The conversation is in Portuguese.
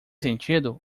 sentido